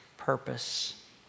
purpose